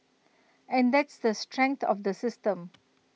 and that's the strength of the system